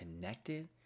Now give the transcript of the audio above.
connected